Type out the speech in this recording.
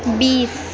बिस